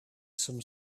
some